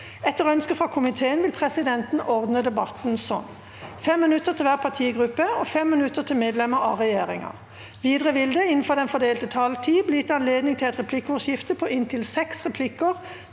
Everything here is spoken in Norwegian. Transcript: forvaltningskomiteen vil presidenten ordne debatten slik: 3 minutter til hver partigruppe og 3 minutter til medlemmer av regjeringa. Videre vil det – innenfor den fordelte taletid – bli gitt anledning til et replikkordskifte på inntil syv replikker